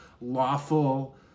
lawful